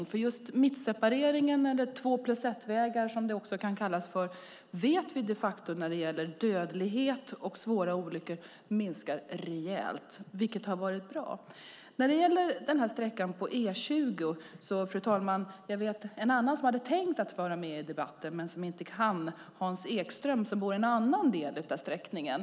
Vi vet att just mittseparering, eller två-plus-ett-vägar som det också kallas, minskar dödligheten och antalet svåra olyckor rejält. Det har varit bra. Fru talman! Jag vet en annan som hade tänkt vara med i debatten om den här sträckan av E20 men som inte kan det, nämligen Hans Ekström som bor vid en annan del av sträckningen.